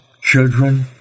children